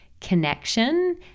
connection